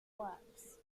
works